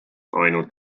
ainult